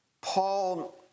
Paul